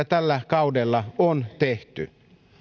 tällä kaudella on tehty